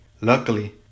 Luckily